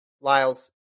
Lyles